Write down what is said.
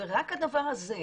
רק הדבר הזה,